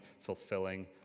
fulfilling